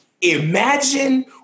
imagine